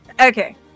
Okay